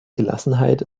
gelassenheit